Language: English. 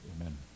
Amen